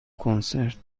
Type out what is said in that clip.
کنسرت